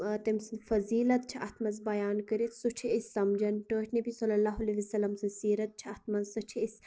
تمۍ سٕنٛد فضیٖلت چھِ اتھ مَنٛز بیان کٔرِتھ سُہ چھ أسۍ سمجان ٹٲٹھۍ نبی صلی اللہُ علیہِ وَسَلَم سٕنٛز سیٖرت چھِ اتھ مَنٛز سُہ چھِ أسۍ سمجان